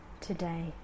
today